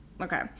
Okay